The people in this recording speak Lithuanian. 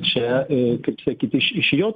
čia kaip sakyt iš iš jo